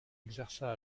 exerça